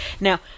Now